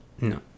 no